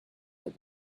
have